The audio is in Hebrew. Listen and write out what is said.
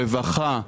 רווחה,